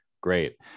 great